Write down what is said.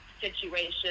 situation